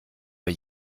bei